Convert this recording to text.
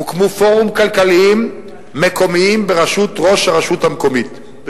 ב-13 הרשויות הוקמו פורומים כלכליים מקומיים בראשות ראש הרשות המקומית.